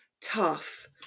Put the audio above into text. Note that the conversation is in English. tough